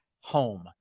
home